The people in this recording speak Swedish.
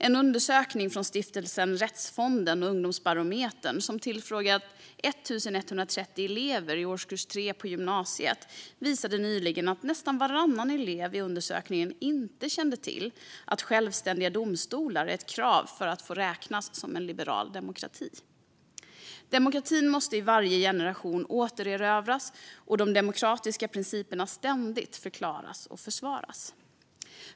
En undersökning från Stiftelsen Rättsfonden och Ungdomsbarometern, där man tillfrågat 1 130 elever i årskurs 3 på gymnasiet, visade nyligen att nästan varannan elev i undersökningen inte kände till att självständiga domstolar är ett krav för att få räknas som liberal demokrati. Demokratin måste i varje generation återerövras, och de demokratiska principerna måste ständigt förklaras och försvaras.